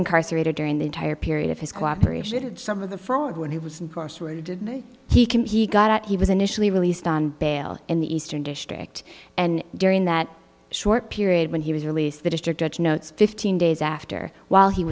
incarcerated during the entire period of his cooperation some of the fraud when he was incarcerated he got out he was initially released on bail in the eastern district and during that short period when he was released the district judge notes fifteen days after while he